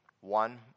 One